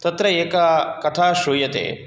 तत्र एका कथा श्रूयते